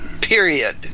period